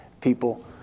people